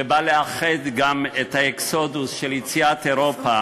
שבא לאחד גם את האקסודוס של יציאת אירופה